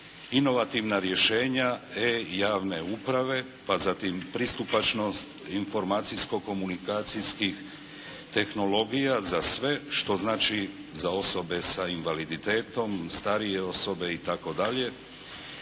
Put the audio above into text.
Inovativna rješenja e-Javne uprave, pa zatim pristupačnost informacijsko-komunikacijskih tehnologija za sve što znači za osobe sa invaliditetom, starije osobe itd.